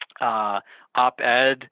op-ed